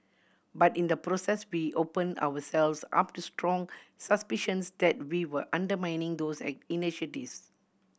but in the process we open ourselves up to strong suspicions that we were undermining those I initiatives